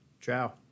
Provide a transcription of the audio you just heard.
Ciao